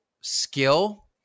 skill